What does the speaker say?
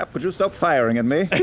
um would you stop firing at me?